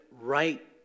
right